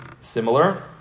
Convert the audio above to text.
similar